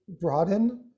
broaden